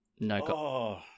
No